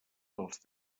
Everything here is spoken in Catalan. dels